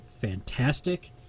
fantastic